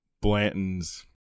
Blanton's